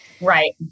Right